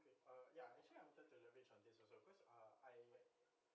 ya actually I wanted to leverage on this also because uh I